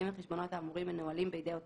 אם החשבונות האמורים מנוהלים בידי אותו